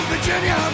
Virginia